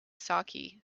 saké